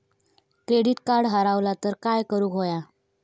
Credit card हरवला तर काय करुक होया?